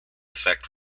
affect